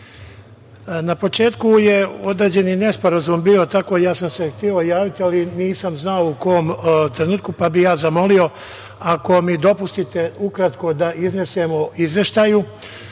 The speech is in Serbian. početku je određeni nesporazum bio, hteo sam se javiti, ali nisam znao u kom trenutku, pa bih zamolio ako mi dopustite ukratko da iznesem o izveštaju